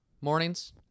Mornings